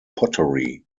pottery